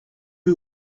who